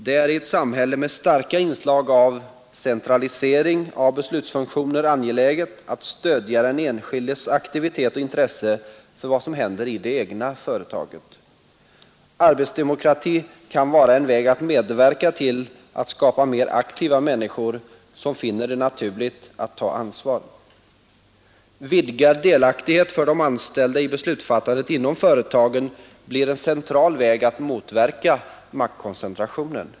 Det är i ett samhälle med starka inslag av centralisering av beslutsfunktioner angeläget att stödja den enskildes aktivitet och intresse för vad som händer i det ”egna” företaget. Arbetsdemokrati kan vara en väg att medverka till att skapa mer aktiva människor som finner det naturligt att ta ansvar. Vidgad delaktighet för de anställda i beslutsfattandet inom företagen blir en central väg att motverka maktkoncentrationen.